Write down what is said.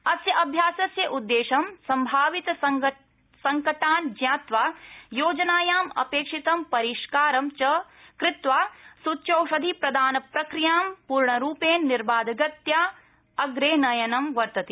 अस्य अभ्यासस्य उद्देश्यं सम्भावित संकटान् ज्ञात्वा योजनायां अपेक्षितं परिष्कारं च कृत्वा सूच्यौषधि प्रदानप्रक्रियां पूर्णरूपेण निर्बाधगत्या अग्रे नयनं वर्तते